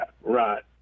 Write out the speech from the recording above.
Right